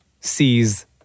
sees